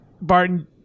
Barton